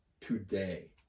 today